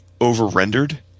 over-rendered